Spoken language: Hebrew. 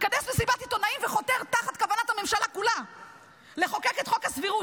מכנס מסיבת עיתונאים וחותר תחת כוונת הממשלה כולה לחוקק את חוק הסבירות,